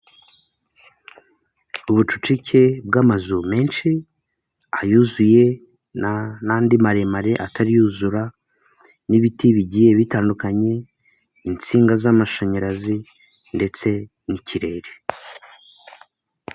Ubucucike bw'amazu menshi ayuzuye n'andi maremare atari yuzura n'ibiti bigiye bitandukanye, insinga z'amashanyarazi ndetse n'ikirere.